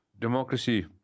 democracy